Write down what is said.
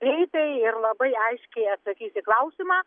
greitai ir labai aiškiai atsakys į klausimą